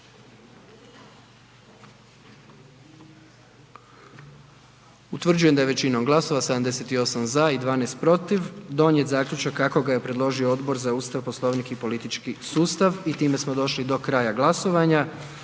Utvrđujem da je većinom glasova 78 za i 12 protiv donijet zaključak kako ga je predložio Odbor za Ustav, Poslovnik i politički sustav. I time smo došli do kraja glasovanja.